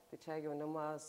tai čia jaunimas